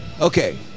Okay